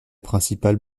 principale